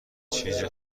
چیز